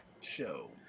show